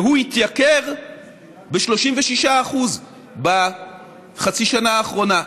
והוא התייקר ב-36% בחצי שנה האחרונה.